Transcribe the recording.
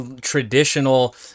Traditional